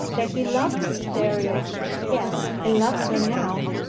that he loved cytherea yes and loves her now,